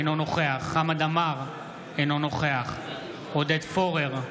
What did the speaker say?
אינו נוכח חמד עמאר, אינו נוכח עודד פורר,